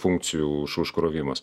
funkcijų už užkrovimas